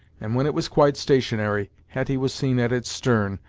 and when it was quite stationary, hetty was seen at its stern,